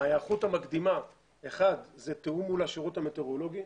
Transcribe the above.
ההיערכות המקדימה היא תיאום מול השירות המטאורולוגי.